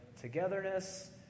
togetherness